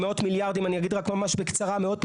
מאות מיליארדים,